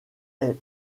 est